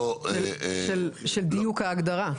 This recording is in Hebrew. של דיוק ההגדרה?